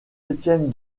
étienne